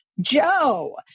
Joe